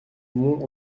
mons